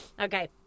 Okay